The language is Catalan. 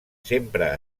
sempre